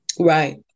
Right